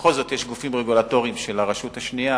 בכל זאת יש גופים רגולטוריים של הרשות השנייה